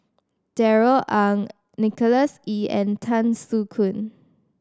Darrell Ang Nicholas Ee and Tan Soo Khoon